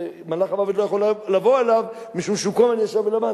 מלאך המוות לא יכול היה לבוא אליו משום שכל היום הוא ישב ולמד.